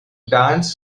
dance